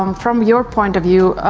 um from your point of view,